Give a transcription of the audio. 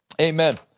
amen